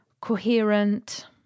coherent